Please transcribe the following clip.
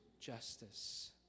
justice